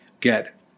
get